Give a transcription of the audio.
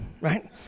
right